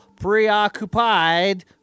preoccupied